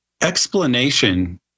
explanation